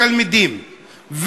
התלמידים,